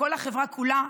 כל החברה כולה,